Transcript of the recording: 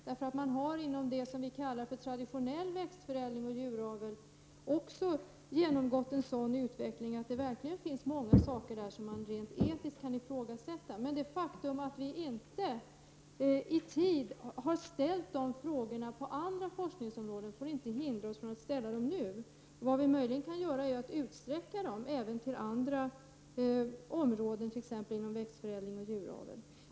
Det har nämligen även inom det som vi kallar traditionell växtförädling och djuravel skett en sådan utveckling att det verkligen finns många saker som rent etiskt kan ifrågasättas. Men det faktum att vi inte i tid har ställt dessa frågor på andra forskningsområden får inte hindra oss från att ställa dem nu. Vad vi möjligen kan göra är att utsträcka dem till att även gälla andra områden, t.ex. växtförädling och djuravel.